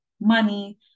money